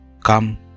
Come